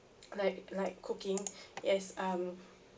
like like cooking yes um